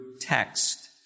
text